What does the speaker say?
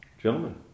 Gentlemen